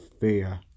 fear